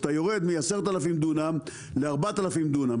כשאתה יורד מ-10,000 דונם ל-4,000 דונם,